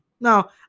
Now